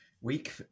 week